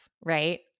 right